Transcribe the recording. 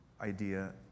idea